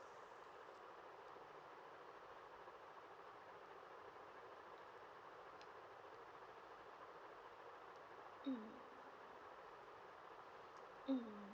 mm mm